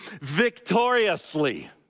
victoriously